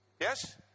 yes